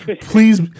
please